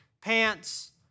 pants